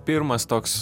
pirmas toks